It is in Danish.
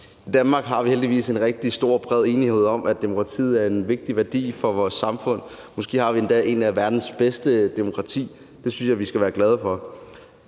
I Danmark har vi heldigvis en rigtig stor og bred enighed om, at demokratiet er en vigtig værdi for vores samfund. Måske har vi endda et af verdens bedste demokratier, og det synes jeg vi skal være glade for.